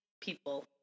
people